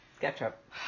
Ketchup